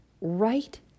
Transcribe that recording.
right